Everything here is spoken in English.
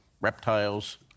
reptiles